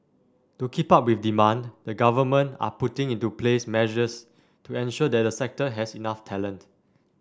to keep up with demand the government are putting into place measures to ensure that the sector has enough talent